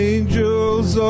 Angels